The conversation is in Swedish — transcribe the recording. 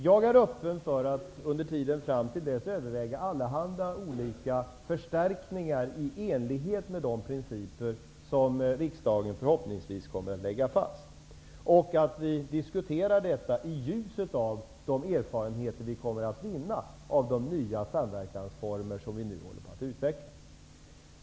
Jag är öppen för att under tiden fram till dess överväga allehanda olika förstärkningar i enlighet med de principer som riksdagen förhoppningsvis kommer att lägga fast. Vi skall diskutera detta i ljuset av de erfarenheter vi kommer att vinna av de nya samverkansformer som vi nu håller på att utveckla. Herr talman!